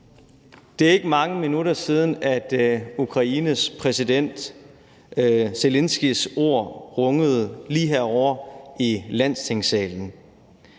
Det er ikke mange minutter siden, at Ukraines præsident Zelenskyjs ord rungede lige herovre i Landstingssalen.